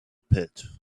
pit